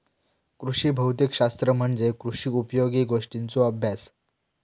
कृषी भौतिक शास्त्र म्हणजे कृषी उपयोगी गोष्टींचों अभ्यास